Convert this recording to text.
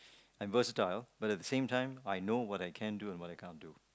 and versatile but at the same time I know what I can do and what I can't do